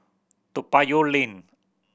Toa Payoh Lane